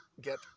get